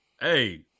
Hey